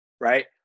right